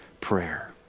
prayer